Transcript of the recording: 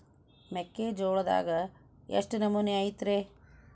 ಮೆಕ್ಕಿಜೋಳದಾಗ ಎಷ್ಟು ನಮೂನಿ ಐತ್ರೇ?